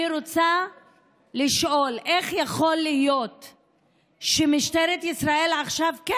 אני רוצה לשאול איך יכול להיות שמשטרת ישראל עכשיו כן